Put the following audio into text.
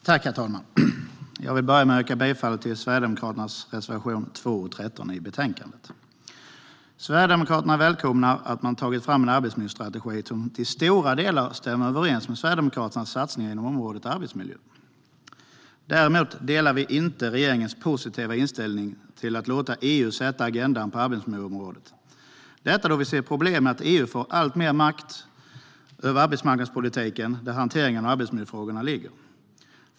Herr talman! Jag vill börja med att yrka bifall till Sverigedemokraternas reservationer 2 och 13 i betänkandet. Sverigedemokraterna välkomnar att man tagit fram en arbetsmiljöstrategi som till stora delar stämmer överens med Sverigedemokraternas satsningar på området. Däremot delar vi inte regeringens positiva inställning till att låta EU sätta agendan på arbetsmiljöområdet, eftersom vi ser problem med att EU får alltmer makt över arbetsmarknadspolitiken där hanteringen av arbetsmiljöfrågorna ligger.